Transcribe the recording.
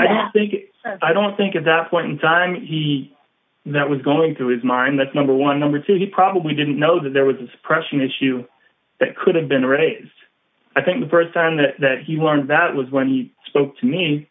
think i don't think at that point in time he that was going through his mind that number one number two he probably didn't know that there was a suppression issue that could have been raised i think the st time the that he learned that was when he spoke to me